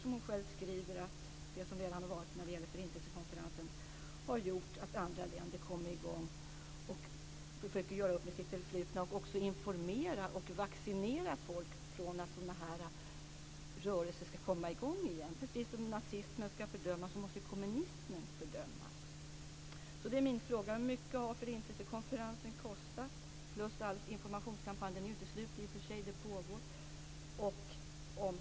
Hon skriver själv att det som redan varit med Förintelsekonferensen har gjort att andra länder kommer i gång och försöker göra upp med sitt förflutna. Det gäller också att informera och vaccinera människor så att inte sådana rörelser ska komma i gång igen. Precis som nazismen ska fördömas måste kommunismen fördömas. Mina frågor är: Hur mycket har Förintelsekonferensen plus hela informationskampanjen kostat? Den är i och för sig inte slut, utan arbetet pågår.